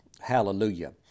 hallelujah